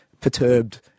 perturbed